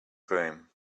groom